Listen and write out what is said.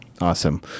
Awesome